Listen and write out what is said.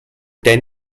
ten